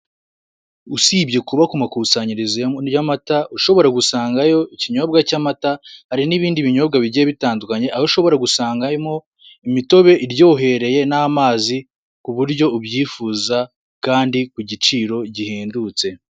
Usibye kuba ku makusanyirizo y'amata ushobora gusanga yo iinyobwa cy'amata, hari n'ibindi binyobwa bigiye bitandukanye aho ushobora gusangamo imitobe iryohereye n'amazi ku buryo ubyivuza kandi ku giciro gihendutse.